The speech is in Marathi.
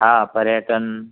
हा पर्यटन